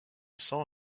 saw